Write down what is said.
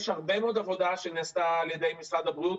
יש הרבה מאוד עבודה שנעשתה על ידי משרד הבריאות,